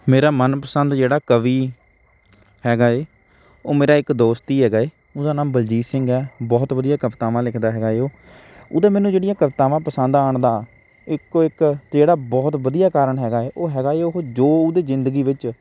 ਮੇਰਾ ਮਨ ਪਸੰਦ ਜਿਹੜਾ ਕਵੀ ਹੈਗਾ ਹੈ ਉਹ ਮੇਰਾ ਇੱਕ ਦੋਸਤ ਹੀ ਹੈਗਾ ਉਹਦਾ ਨਾਮ ਬਲਜੀਤ ਸਿੰਘ ਹੈ ਬਹੁਤ ਵਧੀਆ ਕਵਿਤਾਵਾਂ ਲਿਖਦਾ ਹੈਗਾ ਹੈ ਉਹ ਉਹਦਾ ਮੈਨੂੰ ਜਿਹੜੀਆਂ ਕਵਿਤਾਵਾਂ ਪਸੰਦ ਆਉਣ ਦਾ ਇੱਕੋ ਇੱਕ ਜਿਹੜਾ ਬਹੁਤ ਵਧੀਆ ਕਾਰਨ ਹੈਗਾ ਉਹ ਹੈਗਾ ਉਹ ਜੋ ਉਹਦੇ ਜ਼ਿੰਦਗੀ ਵਿੱਚ